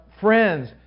friends